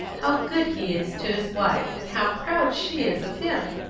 how good he is to his wife and how proud she is of him!